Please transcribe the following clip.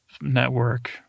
network